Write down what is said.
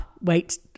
wait